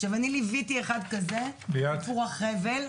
עכשיו, אני לוויתי אחד כזה, סיפור החבל,